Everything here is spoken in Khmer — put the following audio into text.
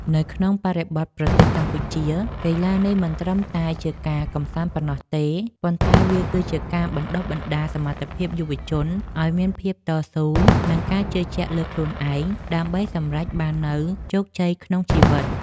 នៅក្នុងបរិបទប្រទេសកម្ពុជា កីឡានេះមិនត្រឹមតែជាការកម្សាន្តប៉ុណ្ណោះទេ ប៉ុន្តែវាគឺជាការបណ្ដុះបណ្ដាលសមត្ថភាពយុវជនឱ្យមានភាពតស៊ូ និងការជឿជាក់លើខ្លួនឯង ដើម្បីសម្រេចបាននូវជោគជ័យក្នុងជីវិត។